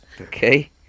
Okay